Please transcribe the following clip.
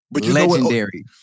Legendary